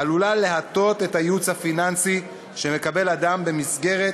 עלולה להטות את הייעוץ הפנסיוני שמקבל אדם במסגרת